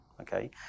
okay